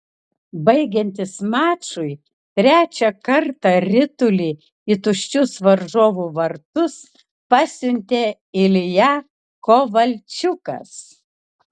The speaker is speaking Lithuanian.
baigiantis mačui trečią kartą ritulį į tuščius varžovų vartus pasiuntė ilja kovalčiukas